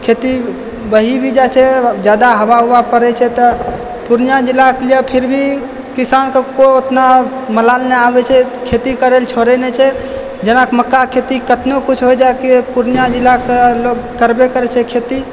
खेती बहि भी जाइत छै लेकिन हवा उवा पड़ैत छै तऽ पूर्णिया जिलाके लिए फिर भी किसानके उतना मलाल नहि आबैत छै खेती करयलेल छोड़ैत नहि छै जेना मक्काके खेती केतनो किछु होइ जाइत छै तऽ पूर्णियाँ जिलाके लोग करबे करैत छै खेती